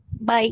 Bye